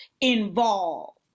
involved